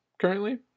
currently